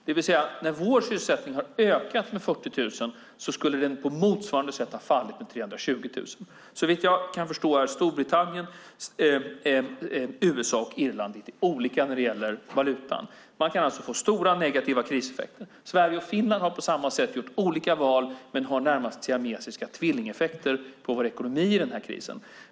Det vill säga, när vår sysselsättning har ökat med 40 000 personer skulle den på motsvarande sätt ha fallit med 320 000 personer. Såvitt jag kan förstå är Storbritannien, USA och Irland lite olika när det gäller valutan. Man kan alltså få stora negativa kriseffekter. Sverige och Finland har på samma sätt gjort olika val men har närmast siamesiska tvillingeffekter på vår ekonomi i den här krisen.